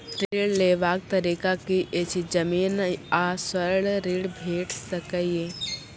ऋण लेवाक तरीका की ऐछि? जमीन आ स्वर्ण ऋण भेट सकै ये?